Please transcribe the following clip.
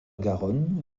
garonne